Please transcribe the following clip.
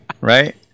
right